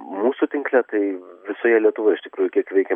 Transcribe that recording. mūsų tinkle tai visoje lietuvoje iš tikrųjų kiek veikia